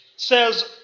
says